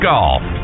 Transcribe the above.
Golf